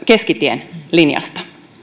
keskitien linjasta